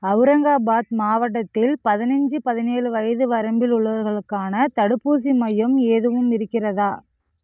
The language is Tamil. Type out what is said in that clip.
அவுரங்காபாத் மாவட்டத்தில் பதினைந்து பதினேழு வயது வரம்பில் உள்ளவர்களுக்கான தடுப்பூசி மையம் எதுவும் இருக்கிறதா